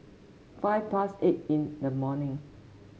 five past eight in the morning